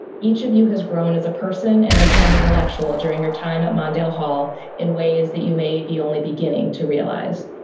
each of you has grown as a person and as an an intellectual during your time at mondale hall in ways that you may be only beginning to realize,